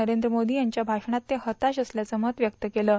नरेद्र मोदी यांच्या भाषणात ते हताश असल्याच मत व्यक्त केलं आहे